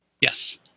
Yes